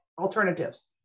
alternatives